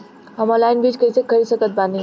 हम ऑनलाइन बीज कइसे खरीद सकत बानी?